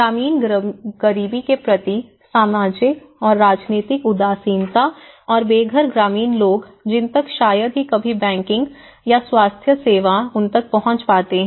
ग्रामीण गरीबी के प्रति सामाजिक और राजनीतिक उदासीनता और बेघर ग्रामीण लोग जिन तक शायद ही कभी बैंकिंग या स्वास्थ्य सेवा उन तक पहुंच पाते हैं